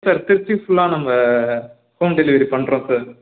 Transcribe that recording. sir Tiruchi ஃபுல்லா நம்ம home delivery பண்ணுறோம் சார்